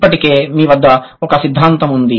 ఇప్పటికే మీ వద్ద ఒక సిద్ధాంతం ఉంది